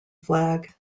flag